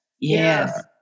Yes